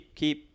keep